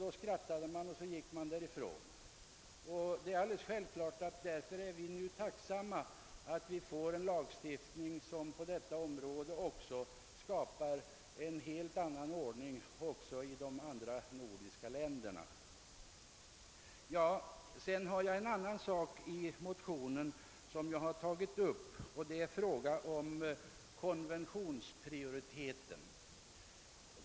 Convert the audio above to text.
Då skrattar man och går därifrån.> Det är alltså självklart att vi nu är tacksamma för att vi får en lagstiftning som på detta område skapar en helt annan ordning också i de andra nordiska länderna. I motionen II: 987 har jag också tagit upp frågan om konventionsprioritet.